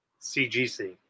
CGC